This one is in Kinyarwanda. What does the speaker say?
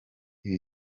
ibi